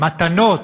"מתנות",